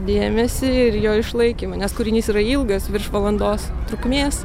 dėmesį ir jo išlaikymą nes kūrinys yra ilgas virš valandos trukmės